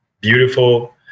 beautiful